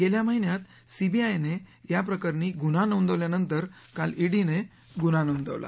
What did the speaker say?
गेल्या महिन्यात सीबीआयने याप्रकरणी गुन्हा नोंदवल्यानंतर काल ईडीने गुन्हा नोंदवला